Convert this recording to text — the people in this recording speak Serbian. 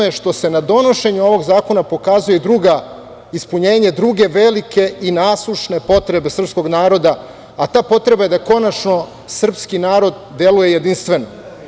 Bitno je što se na donošenju ovog zakona pokazuje ispunjenje druge velike i nasušne potrebe srpskog naroda, a ta potreba je da konačno srpski narod deluje jedinstveno.